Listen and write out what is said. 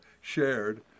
shared